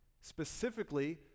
specifically